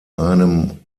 einem